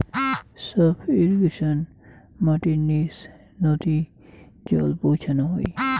sub ইর্রিগেশনে মাটির নিচ নদী জল পৌঁছানো হই